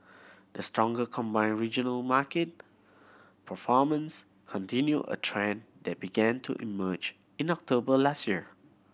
the stronger combined regional market performance continue a trend that began to emerge in October last year